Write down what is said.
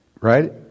right